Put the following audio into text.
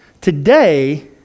Today